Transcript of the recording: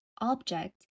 object